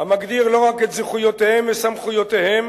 המגדיר לא רק את זכויותיהם וסמכויותיהם,